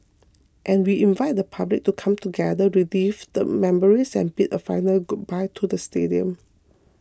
and we invite the public to come together relive the memories and bid a final goodbye to the stadium